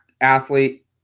athlete